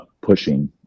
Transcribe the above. pushing